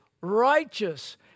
righteous